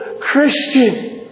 Christian